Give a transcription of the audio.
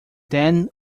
then